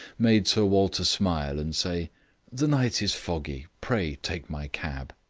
made sir walter smile and say the night is foggy. pray take my cab.